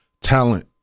talent